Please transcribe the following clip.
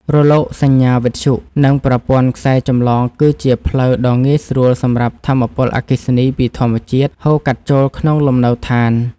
រលកសញ្ញាវិទ្យុ និងប្រព័ន្ធខ្សែចម្លងគឺជាផ្លូវដ៏ងាយស្រួលសម្រាប់ថាមពលអគ្គិសនីពីធម្មជាតិហូរកាត់ចូលក្នុងលំនៅដ្ឋាន។